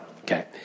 Okay